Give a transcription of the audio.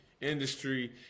industry